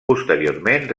posteriorment